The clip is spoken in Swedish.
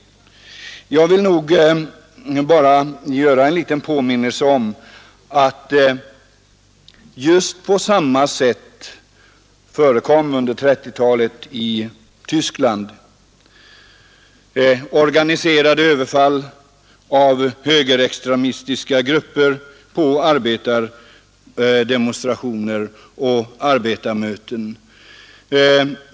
Jag vill bara göra en liten påminnelse om att just på samma sätt uppkom under 1930-talet i Tyskland organiserade överfall av högerextremistiska grupper på arbetardemonstrationer och arbetarmöten.